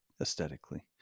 aesthetically